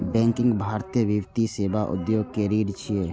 banking भारतीय वित्तीय सेवा उद्योग के रीढ़ छियै